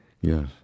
Yes